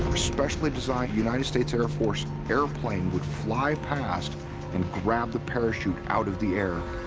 specially designed united states air force airplane would fly past and grab the parachute out of the air.